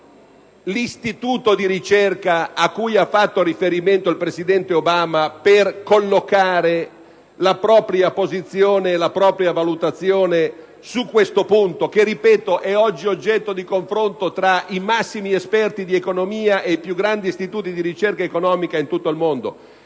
l'istituto di ricerca a cui ha fatto riferimento il presidente Obama per collocare la propria posizione e la propria valutazione su questo punto, che - ripeto - è oggi oggetto di confronto tra i massimi esperti di economia e i più grandi istituti di ricerca economica di tutto il mondo?